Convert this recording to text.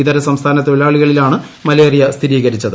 ഇതര സംസ്ഥാനത്തൊഴിലാളികളിലാണ് മില്ലേറിയ സ്ഥിരീകരിച്ചത്